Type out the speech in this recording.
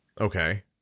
Okay